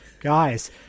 Guys